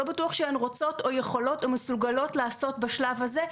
שלא בטוח שהן רוצות או יכולות או מסוגלות לעשות בשלב הזה,